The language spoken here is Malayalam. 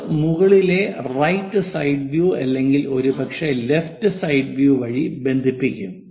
അത് മുകളിലെ റൈറ്റ് സൈഡ് വ്യൂ അല്ലെങ്കിൽ ഒരുപക്ഷേ ലെഫ്റ്റ് സൈഡ് വ്യൂ വഴി ബന്ധിപ്പിക്കും